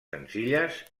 senzilles